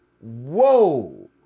Whoa